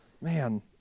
man